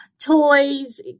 toys